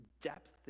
depth